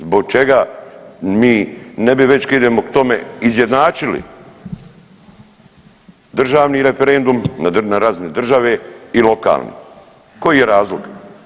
Zbog čega mi ne bi već kad idemo k tome izjednačili državni referendum na razini države i lokalni, koji je razlog?